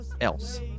else